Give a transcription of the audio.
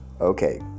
Okay